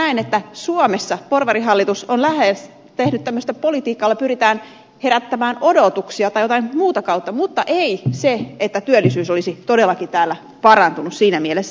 mutta näen että suomessa porvarihallitus on lähes tehnyt tämmöistä että politiikalla pyritään herättämään odotuksia tai vaikuttamaan jotain muuta kautta mutta ei niin että työllisyys olisi todellakin täällä parantunut siinä mielessä